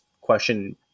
question